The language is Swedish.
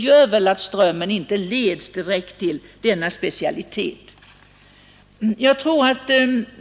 Strömmen leds därför inte till denna specialitet.